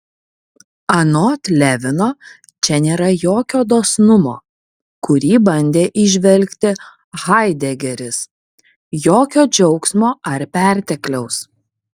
anot levino čia nėra jokio dosnumo kurį bandė įžvelgti haidegeris jokio džiaugsmo ar pertekliaus